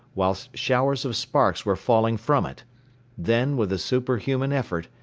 whilst showers of sparks were falling from it then, with a superhuman effort,